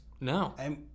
No